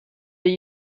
that